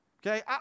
Okay